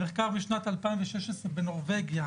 במחקר משנת 2016 בנורבגיה,